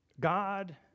God